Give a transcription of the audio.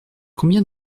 combien